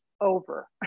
over